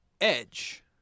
Edge